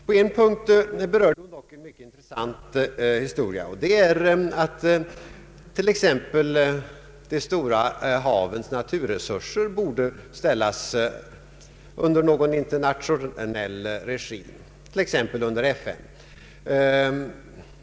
På en punkt berörde statsrådet Myrdal dock en mycket intressant historia, nämligen att t.ex. de stora havens naturresurser borde ställas under någon internationell regi, exempelvis under FN.